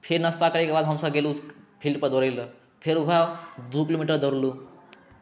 फेर नास्ता करय के बाद हमसब गेलहुॅं फील्ड पर दौड़य लऽ फेर वएह दू किलोमीटर दौड़लहुॅं